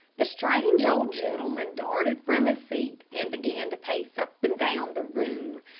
the strange old gentleman darted from his seat, and began to pace up and down the room.